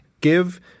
Give